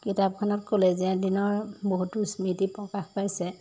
কিতাপখনত কলেজীয়া দিনৰ বহুতো স্মৃতি প্ৰকাশ পাইছে